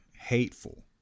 hateful